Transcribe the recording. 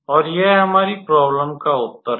और यह हमारी प्रोब्लेम का उत्तर है